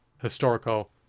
historical